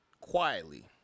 quietly